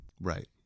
right